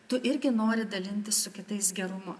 tu irgi nori dalintis su kitais gerumu